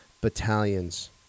battalions